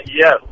Yes